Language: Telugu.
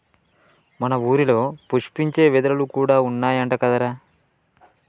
మన ఊరిలో పుష్పించే వెదురులు కూడా ఉన్నాయంట కదరా